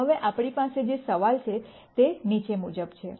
હવે આપણી પાસે જે સવાલ છે તે નીચે મુજબ છે